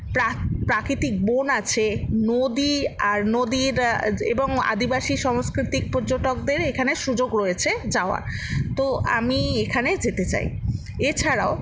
প্রাকৃতিক বন আছে নদী আর নদীর এবং আদিবাসী সংস্কৃতির পর্যটকদের এখানে সুযোগ রয়েছে যাওয়ার তো আমি এখানে যেতে চাই এছাড়াও